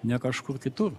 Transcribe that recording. ne kažkur kitur